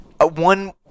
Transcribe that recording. one